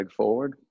forward